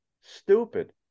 stupid